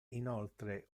inoltre